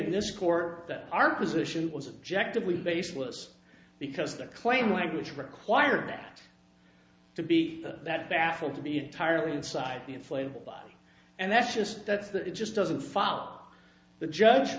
in this court that our position was objective we base was because their claim language required that to be that baffle to be entirely inside the inflatable body and that's just that's that it just doesn't follow the judge